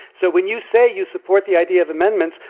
so, when you say you support the idea of amendments,